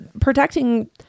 protecting